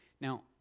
Now